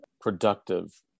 productive